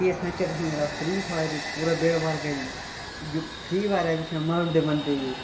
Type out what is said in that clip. केह् सुनाचै तुसें गी यरा फ्री फायर पूरा बेड़ा पार करी फ्री फायर पिच्छै मारी ओड़दे बंदे गी